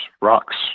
rocks